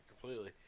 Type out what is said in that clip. Completely